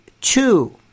Two